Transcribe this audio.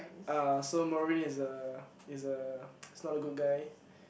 ah so Mervin is a is a is not a good guy